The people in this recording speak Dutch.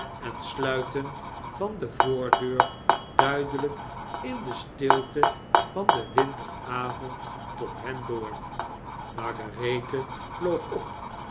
en sluiten van de voordeur duidelrjk in de stilte van den winteravond tot hen door margarethe vloog op